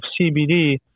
cbd